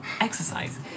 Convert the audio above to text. exercise